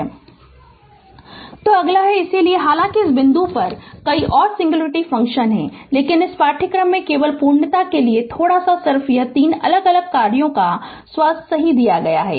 Refer Slide Time 1620 तो अगला है इसलिए हालांकि इस बिंदु पर कई और सिंग्लुरिटी फ़ंक्शन हैं लेकिन इस पाठ्यक्रम में केवल पूर्णता के लिए थोड़ा सा सिर्फ इस 3 अलग अलग कार्यों का स्वाद सही दिया है